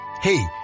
hey